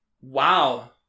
wow